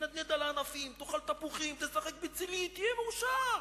תתנדנד על הענפים ותאכל תפוחים ותשחק בצלי ותהיה מאושר'.